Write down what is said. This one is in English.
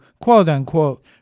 quote-unquote